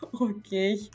Okay